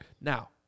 Now